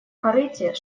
корыте